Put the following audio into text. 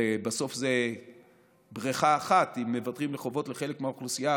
ובסוף זה בריכה אחת: אם מוותרים על חובות לחלק מהאוכלוסייה,